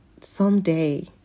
someday